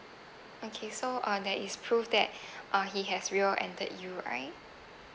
okay so uh that is prove that uh he has rear-ended you right